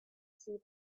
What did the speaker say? see